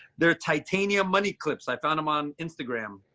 their titanium money clips, i found them on instagram.